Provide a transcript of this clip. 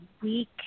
week